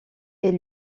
est